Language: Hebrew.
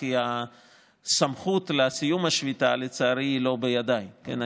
כי הסמכות לסיום השביתה, לצערי, היא לא בידיי, כן?